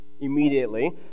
immediately